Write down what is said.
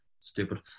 Stupid